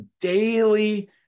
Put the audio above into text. daily